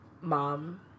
mom